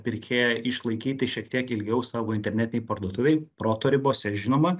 pirkėją išlaikyti šiek tiek ilgiau savo internetinėj parduotuvėj proto ribose žinoma